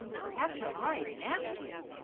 perhaps he'll write and ask you,